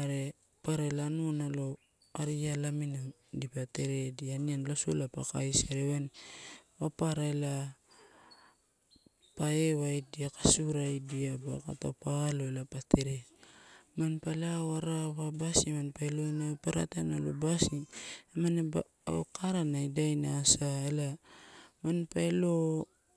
Are papara nalo anua arialamiedia dipa teredia, papara ela pa ewaidia kasuraidia ka taupe alo pa teredia. Manpa lao arawa basi manpa e lowaini, papara taim nalo busi amana kara, basi na idai nasa ela manpa elo.